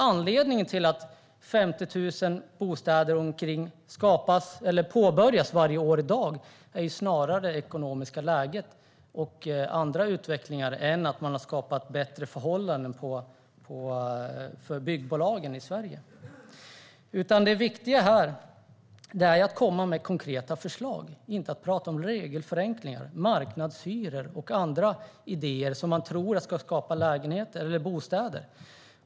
Anledningen till att omkring 50 000 bostäder i dag påbörjas varje år är snarare det ekonomiska läget och andra utvecklingar än att man har skapat bättre förhållanden för byggbolagen i Sverige. Det viktiga här är att komma med konkreta förslag, inte att tala om regelförenklingar, marknadshyror och andra idéer man tror ska skapa lägenheter och bostäder.